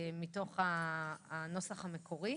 מתוך הנוסח המקורי.